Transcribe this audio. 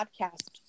podcast